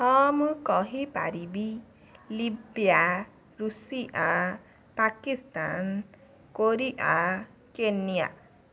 ହଁ ମୁଁ କହିପାରିବି Libya Russia Pakistan Korea Kenya